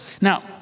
Now